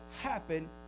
happen